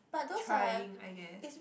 trying I guess